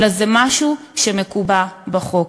אלא זה משהו שמקובע בחוק.